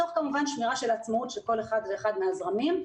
תוך כמובן שמירה על עצמאות של כל אחד ואחד מהזרמים.